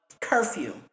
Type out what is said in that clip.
curfew